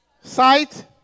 sight